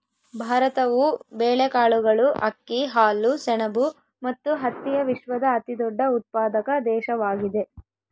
ಭಾರತವು ಬೇಳೆಕಾಳುಗಳು, ಅಕ್ಕಿ, ಹಾಲು, ಸೆಣಬು ಮತ್ತು ಹತ್ತಿಯ ವಿಶ್ವದ ಅತಿದೊಡ್ಡ ಉತ್ಪಾದಕ ದೇಶವಾಗಿದೆ